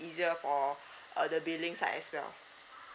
easier for uh the billing side as well